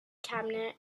cabinet